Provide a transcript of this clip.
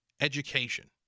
education